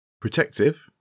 protective